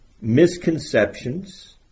misconceptions